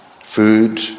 food